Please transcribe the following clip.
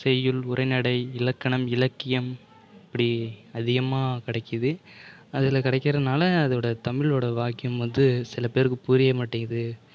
செய்யுள் உரைநடை இலக்கணம் இலக்கியம் இப்படி அதிகமாக கிடைக்கிது அதில் கெடைக்கிறதுனால அதோடய தமிழோடய வாக்கியம் வந்து சில பேருக்கு புரிய மாட்டேங்குது